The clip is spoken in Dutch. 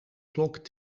klok